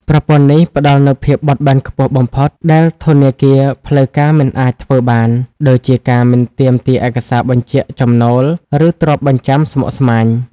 ប្រព័ន្ធនេះផ្ដល់នូវភាពបត់បែនខ្ពស់បំផុត ដែលធនាគារផ្លូវការមិនអាចធ្វើបាន ដូចជាការមិនទាមទារឯកសារបញ្ជាក់ចំណូល ឬទ្រព្យបញ្ចាំស្មុគស្មាញ។